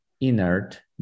inert